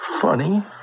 Funny